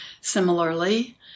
Similarly